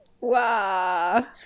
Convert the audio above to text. Wow